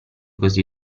così